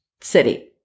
city